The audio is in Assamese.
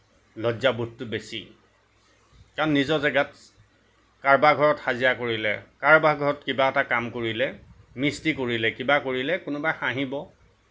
লজ্জাবোধটো বেছি কাৰণ নিজৰ জেগাত কাৰোবাৰ ঘৰত হাজিৰা কৰিলে কাৰোবাৰ ঘৰত কিবা এটা কাম কৰিলে মিস্ত্ৰী কৰিলে কিবা কৰিলে কোনোবাই হাঁহিব